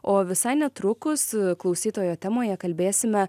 o visai netrukus klausytojo temoje kalbėsime